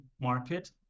market